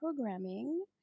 programming